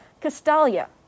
Castalia